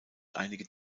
einige